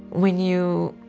when you